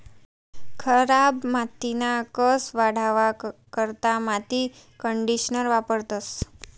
खराब मातीना कस वाढावा करता माती कंडीशनर वापरतंस